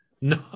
no